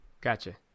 Gotcha